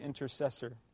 intercessor